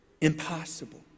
Impossible